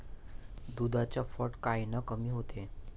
दुधाचं फॅट कायनं कमी होते?